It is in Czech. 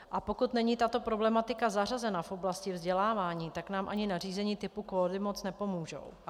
A pokud není tato problematika zařazena v oblasti vzdělávání, tak nám ani nařízení typu kvóty moc nepomohou.